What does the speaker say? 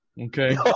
Okay